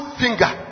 finger